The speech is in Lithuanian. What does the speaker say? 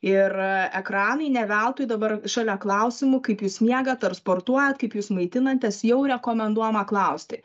ir ekranai ne veltui dabar šalia klausimų kaip jūs miegat ar sportuojat kaip jūs maitinatės jau rekomenduojama klausti